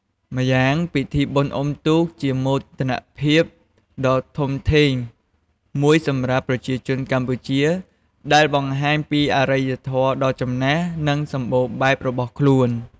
ម្យ៉ាងពិធីបុណ្យអុំទូកជាមោទកភាពដ៏ធំធេងមួយសម្រាប់ប្រជាជនកម្ពុជា ដែលបង្ហាញពីអរិយធម៌ដ៏ចំណាស់ និងសម្បូរបែបរបស់ខ្លួន។